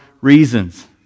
reasons